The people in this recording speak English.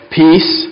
peace